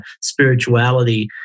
spirituality